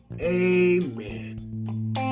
Amen